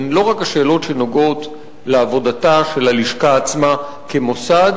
הן לא רק השאלות שנוגעות לעבודתה של הלשכה עצמה כמוסד,